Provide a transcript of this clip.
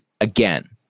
again